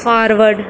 forward